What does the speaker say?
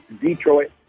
Detroit